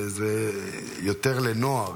זה יותר לנוער,